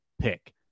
pick